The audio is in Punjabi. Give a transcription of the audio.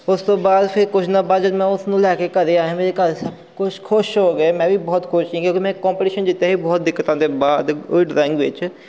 ਉਸ ਤੋਂ ਬਾਅਦ ਫਿਰ ਕੁਛ ਦਿਨਾਂ ਬਾਅਦ ਜਦ ਮੈਂ ਉਸ ਨੂੰ ਲੈ ਕੇ ਘਰ ਆਇਆ ਮੇਰੇ ਘਰ ਸਭ ਕੁਛ ਖੁਸ਼ ਹੋ ਗਏ ਮੈਂ ਵੀ ਬਹੁਤ ਖੁਸ਼ ਸੀ ਕਿਉਂਕਿ ਮੈਂ ਇੱਕ ਕੋਂਪਟੀਸ਼ਨ ਜਿੱਤਿਆ ਸੀ ਬਹੁਤ ਦਿੱਕਤਾਂ ਦੇ ਬਾਅਦ ਉਹ ਵੀ ਡਰਾਇੰਗ ਵਿੱਚ